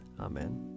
Amen